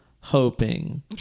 Hoping